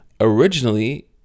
Originally